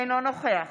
אינו נוכח